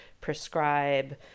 prescribe